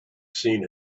seen